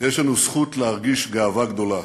יש לנו זכות להרגיש גאווה גדולה,